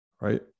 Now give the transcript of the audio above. right